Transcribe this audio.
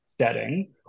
setting